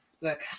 Look